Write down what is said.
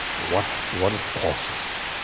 what what are the causes?